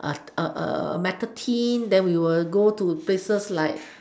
a a metal tin then we'll go to places like